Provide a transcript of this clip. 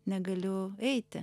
negaliu eiti